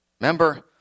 Remember